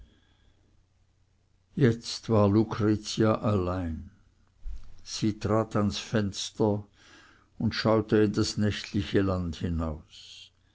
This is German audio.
jetzt war lucretia allein sie trat ans fenster und schaute in das nächtliche land hinaus